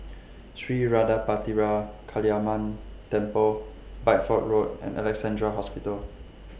Sri Vadapathira Kaliamman Temple Bideford Road and Alexandra Hospital